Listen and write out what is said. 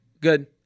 good